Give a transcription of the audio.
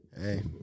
Hey